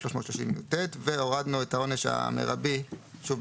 330יט והורדנו את העונש המרבי שוב,